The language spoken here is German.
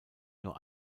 nur